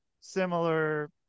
similar